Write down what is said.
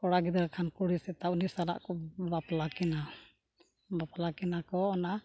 ᱠᱚᱲᱟ ᱜᱤᱫᱽᱨᱟᱹ ᱠᱷᱟᱱ ᱠᱩᱲᱤ ᱥᱮᱛᱟ ᱩᱱᱤ ᱥᱟᱞᱟᱜ ᱠᱚ ᱵᱟᱯᱞᱟ ᱠᱤᱱᱟᱹ ᱵᱟᱯᱞᱟ ᱠᱤᱱᱟᱹ ᱠᱚ ᱚᱱᱟ